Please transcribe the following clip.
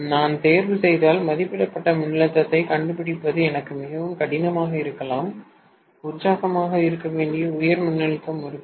நான் தேர்வுசெய்தால் மதிப்பிடப்பட்ட மின்னழுத்தத்தைக் கண்டுபிடிப்பது எனக்கு மிகவும் கடினமாக இருக்கலாம் உற்சாகமாக இருக்க வேண்டிய உயர் மின்னழுத்த முறுக்கு